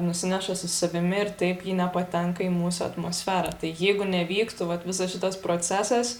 nusineša su savimi ir taip ji nepatenka į mūsų atmosferą tai jeigu nevyktų vat visas šitas procesas